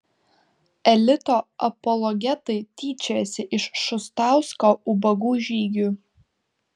elito apologetai tyčiojasi iš šustausko ubagų žygių